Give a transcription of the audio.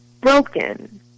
broken